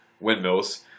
windmills